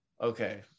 Okay